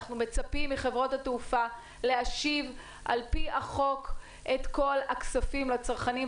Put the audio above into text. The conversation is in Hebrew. אנחנו מצפים מחברות התעופה להשיב על-פי החוק את כל הכספים לצרכנים,